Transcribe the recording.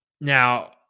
Now